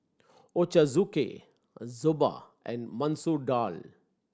Ochazuke Soba and Masoor Dal